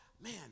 Man